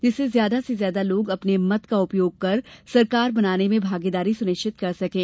जिससे ज्यादा से ज्यादा लोग अपने मत का उपयोग कर सरकार बनाने में भागीदारी सुनिश्चित कर सकें